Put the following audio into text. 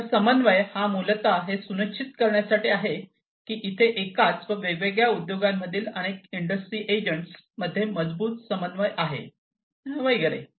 तर समन्वय हा मूलतः हे सुनिश्चित करण्यासाठी आहे की इथे एकाच व वेगवेगळ्या उद्योगांमधील अनेक इंडस्ट्री एजंट्स मध्ये मजबूत समन्वय आहे वगैरे